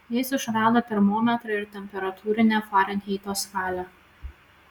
jis išrado termometrą ir temperatūrinę farenheito skalę